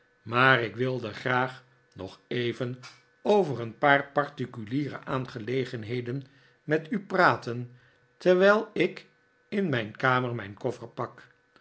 maar ik wilde graag nog even over r n paar particuliere aangelegenheden met u praten terwijl ik in mijn kamer mijn koffer pak